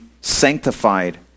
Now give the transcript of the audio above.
sanctified